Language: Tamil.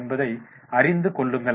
என்பதை அறிந்து கொள்ளுங்கள்